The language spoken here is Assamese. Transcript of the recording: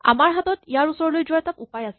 আমাৰ হাতত ইয়াৰ ওচৰলৈ যোৱাৰ এটা উপায় আছে